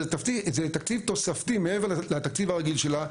זה תקציב תוספתי מעבר לתקציב הרגיל שלה,